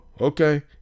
Okay